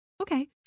Okay